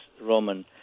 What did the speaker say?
Roman